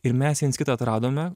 ir mes viens kitą atradome